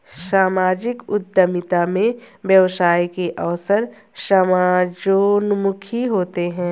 सामाजिक उद्यमिता में व्यवसाय के अवसर समाजोन्मुखी होते हैं